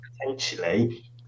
potentially